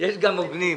יש גם הוגנים.